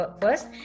first